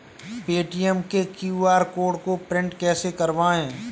Paytm के QR code को print कैसे करवाएँ?